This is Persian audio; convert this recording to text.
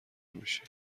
میشی